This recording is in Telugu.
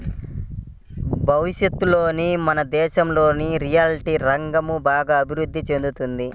భవిష్యత్తులో మన దేశంలో రిటైల్ రంగం బాగా అభిరుద్ధి చెందుతుంది